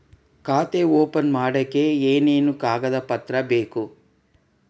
ಖಾತೆ ಓಪನ್ ಮಾಡಕ್ಕೆ ಏನೇನು ಕಾಗದ ಪತ್ರ ಬೇಕು?